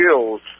skills